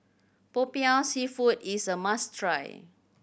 Popiah Seafood is a must try